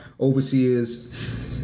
overseers